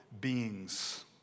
beings